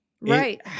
Right